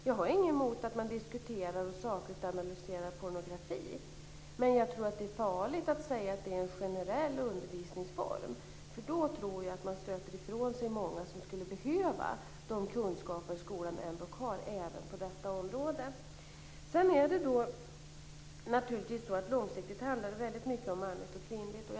Jag har ingenting emot att man diskuterar och sakligt analyserar pornografi, men jag tror att det är farligt att säga att det är en generell undervisningsform. Då tror jag att man stöter ifrån sig många som skulle behöva de kunskaper skolan ändå har även på detta område. Sedan är det naturligtvis så att det långsiktigt handlar väldigt mycket om manligt och kvinnligt.